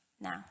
Now